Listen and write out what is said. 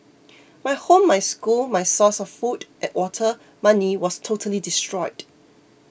my home my school my source of food water money was totally destroyed